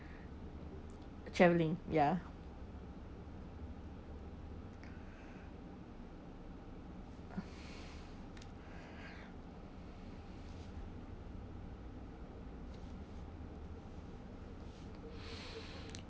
travelling ya